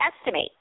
estimate